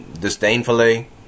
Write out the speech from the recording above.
disdainfully